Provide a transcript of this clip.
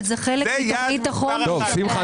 אבל זה חלק מתוכנית החומש --- שמחה,